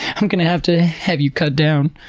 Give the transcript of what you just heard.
i'm gonna have to have you cut down.